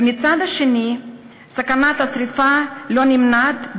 ומצד שני סכנת השרפה לא נמנעת,